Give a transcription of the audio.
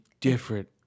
different